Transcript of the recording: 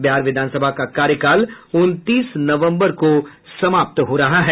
बिहार विधानसभा का कार्यकाल उनतीस नवम्बर को समाप्त हो रहा है